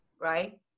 right